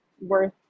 worth